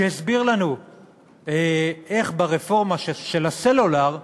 שהסביר לנו איך ברפורמה של הסלולר,